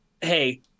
Hey